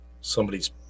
Somebody's